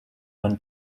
when